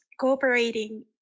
cooperating